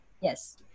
yes